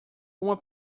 uma